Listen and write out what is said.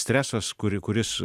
stresas kuri kuris